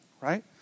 right